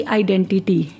identity